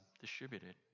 distributed